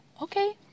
Okay